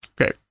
okay